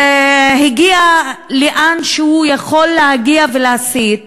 הגיע לאן שהוא יכול להגיע ולהסית.